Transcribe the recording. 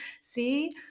See